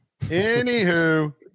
Anywho